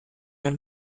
dann